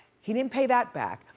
he didn't pay that back.